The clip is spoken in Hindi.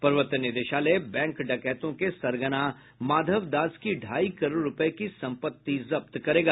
प्रवर्तन निदेशालय बैंक डकैतों के सरगना माधव दास की ढ़ाई करोड़ रूपये की सम्पत्ति जब्त करेगा